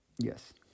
Yes